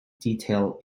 detail